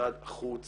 שמשרד החוץ